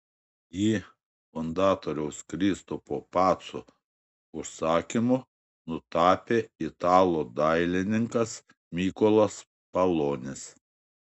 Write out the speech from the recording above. jį fundatoriaus kristupo paco užsakymu nutapė italų dailininkas mykolas palonis